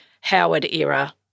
Howard-era